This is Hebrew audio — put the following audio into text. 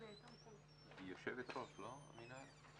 היא יושבת-ראש המנהל, לא?